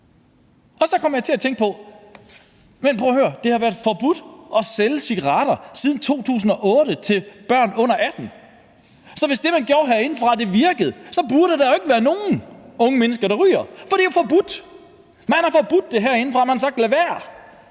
og så kommer jeg til at tænke på: Prøv at høre, det har været forbudt at sælge cigaretter til børn under 18 år siden 2008, så hvis det, som man gjorde herindefra, virkede, så burde der jo ikke være nogen unge mennesker, der røg, for det er jo forbudt. Man har forbudt det herindefra, og man har sagt: Lad være,